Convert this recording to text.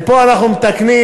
ופה אנחנו מתקנים,